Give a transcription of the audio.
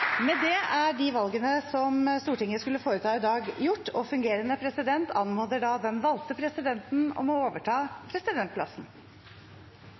Med det er de valgene som Stortinget skulle foreta i dag, gjort. Fungerende president anmoder da den valgte presidenten om å overta presidentplassen.